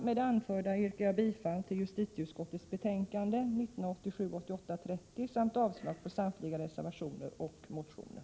Med det anförda yrkar jag bifall till hemställani justitieutskottets betänkande 1987/88:30 samt avslag på samtliga reservationer och motioner.